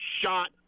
shot